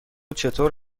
چطور